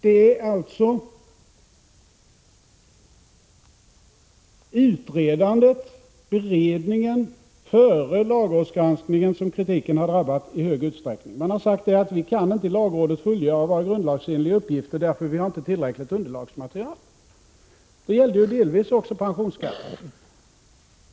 Det är således utredandet och beredningen före lagrådets granskning som kritiken i hög utsträckning har drabbat. Lagrådet har förklarat att man inte kan fullgöra sina grundlagsenliga uppgifter eftersom man inte har tillräckligt underlagsmaterial. Det gällde delvis också pensionsskatten.